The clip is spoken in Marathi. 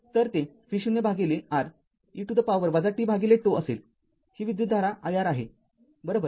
तर ते v0R e to the power tζ असेल ही विद्युतधारा iR आहे बरोबर